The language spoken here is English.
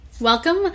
Welcome